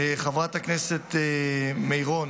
חברת הכנסת מירון,